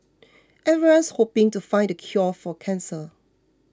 everyone's hoping to find the cure for cancer